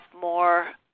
more